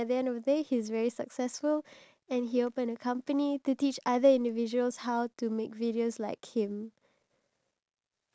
um there was some places that you can't really find it in google which I find it so amazing